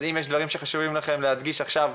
אז אם יש דברים שחשובים לכם להדגיש עכשיו,